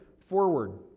forward